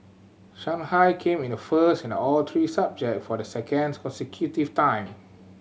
Shanghai came in first in all three subject for the second consecutive time